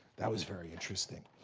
that was very interesting.